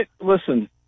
listen